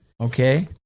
Okay